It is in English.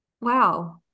Wow